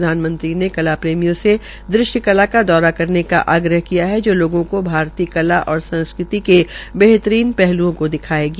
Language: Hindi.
प्रधानमंत्री ने कहला प्रेमियों से दृश्यकलाा का दौरा करने का आग्रह किया है जो लोगों को भारतीय कला और सांस्कृति केा बेहतरीन पहल्ओं को दिखायेगा